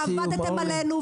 עבדתם עלינו,